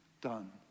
done